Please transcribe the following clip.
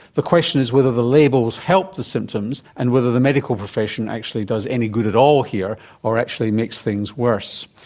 the question is whether the labels help the symptoms and whether the medical profession actually does any good at all here or actually makes things worse.